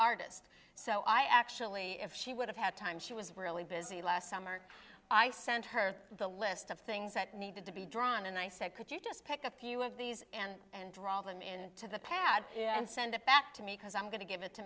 artist so i actually if she would have had time she was really busy last summer i sent her the list of things that needed to be drawn and i said could you just pick a few of these and draw them in to the pad and send that to me because i'm going to give it to